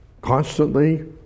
constantly